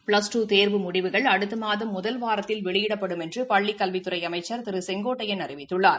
plus two தேர்வு முடிவுகள் அடுத்த மாதம் முதல் வாரத்தில் வெளியிடப்படும் என்று பள்ளிக் கல்வித்துறை அமைச்சர் திரு செங்கோட்டையன் அறிவித்துள்ளார்